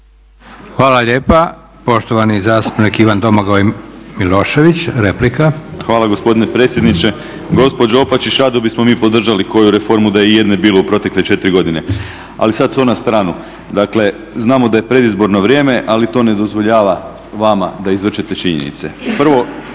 Hvala lijepa. Poštovani zastupnik Ivan Domagoj Milošević, replika. **Milošević, Domagoj Ivan (HDZ)** Hvala gospodine predsjedniče. Gospođo Opačić, rado bismo mi podržali koju reformu da je ijedne bilo u protekle 4 godine, ali sada to na stranu. Dakle, znamo da je predizborno vrijeme, ali to ne dozvoljava vama da izvrćete činjenice. Prvo,